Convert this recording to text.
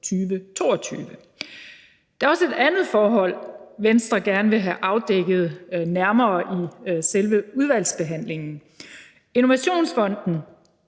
2022. Der er også et andet forhold, Venstre gerne vil have afdækket nærmere i selve udvalgsbehandlingen. Innovationsfonden